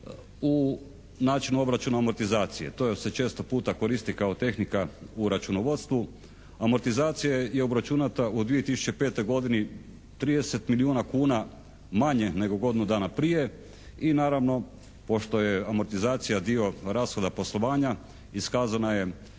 u načinu obračuna amortizacije. To se često puta koristi kao tehnika u računovodstvu. Amortizacija je obračunata u 2005. godini 30 milijuna kuna manje nego godinu dana prije. I naravno, pošto je amortizacija dio rashoda poslovanja iskazana je